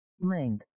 Link